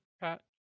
Pat